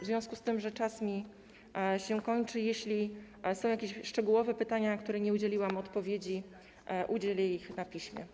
W związku z tym, że czas mi się kończy, jeśli są jakieś szczegółowe pytania, na które nie udzieliłam odpowiedzi, udzielę ich na piśmie.